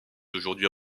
aujourd’hui